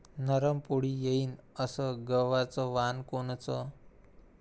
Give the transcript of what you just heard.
नरम पोळी येईन अस गवाचं वान कोनचं?